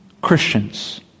Christians